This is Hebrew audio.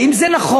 האם זה נכון